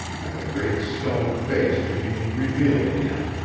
and the great stone face to be revealed again,